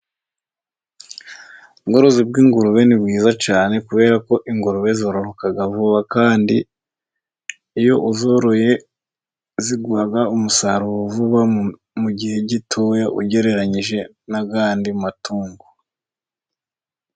Ubworozi bw'ingurube ni bwiza cyane, kubera ko ingurube zororoka vuba kandi iyo uzoroye ziguha umusaruro vuba, mu gihe gitoya ugereranyije n'ayandi matungo.